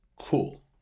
cool